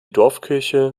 dorfkirche